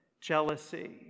jealousy